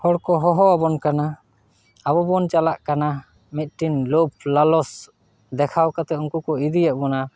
ᱦᱚᱲ ᱠᱚ ᱦᱚᱦᱚ ᱟᱵᱚᱱ ᱠᱟᱱᱟ ᱟᱵᱚ ᱵᱚᱱ ᱪᱟᱞᱟᱜ ᱠᱟᱱᱟ ᱢᱤᱫᱴᱮᱱ ᱞᱳᱵᱷ ᱞᱟᱞᱚᱪ ᱫᱮᱠᱷᱟᱣ ᱠᱟᱛᱮᱫ ᱩᱱᱠᱩ ᱠᱚ ᱤᱫᱤᱭᱮᱫ ᱵᱚᱱᱟ